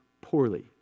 poorly